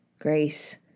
Grace